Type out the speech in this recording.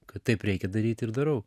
kad taip reikia daryt ir darau